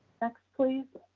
next, please.